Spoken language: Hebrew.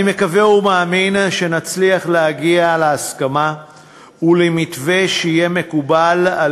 אני מקווה ומאמין שנצליח להגיע להסכמה ולמתווה שיהיה מקובל על